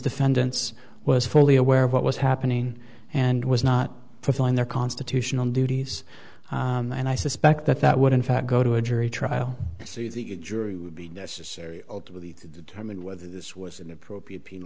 defendants was fully aware of what was happening and was not find their constitutional duties and i suspect that that would in fact go to a jury trial i see the jury would be necessary ultimately to determine whether this was an appropriate p